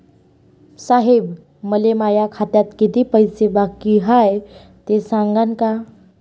साहेब, मले माया खात्यात कितीक पैसे बाकी हाय, ते सांगान का?